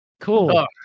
cool